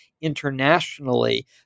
internationally